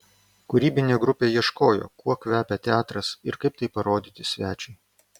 kūrybinė grupė ieškojo kuo kvepia teatras ir kaip tai parodyti svečiui